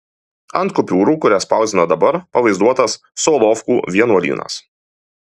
ant kupiūrų kurias spausdina dabar pavaizduotas solovkų vienuolynas